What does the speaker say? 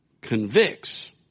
convicts